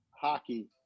hockey